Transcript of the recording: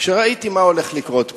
כשראיתי מה הולך לקרות פה,